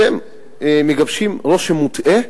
אתם מגבשים רושם מוטעה,